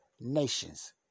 nations